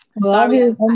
Sorry